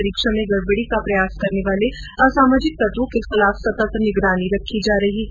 परीक्षा में गडबडी का प्रयास करने वाले असामाजिक तत्वों के विरूद्व सतत् निगरानी रखी जा रही है